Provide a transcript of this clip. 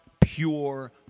pure